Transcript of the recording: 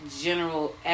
general